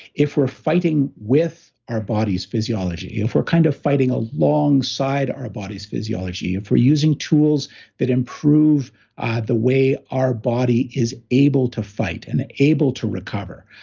if we're fighting with our body's physiology, if we're kind of fighting alongside our body's physiology, if we're using tools that improve the way our body is able to fight and able to recover,